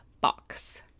box